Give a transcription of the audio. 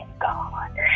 God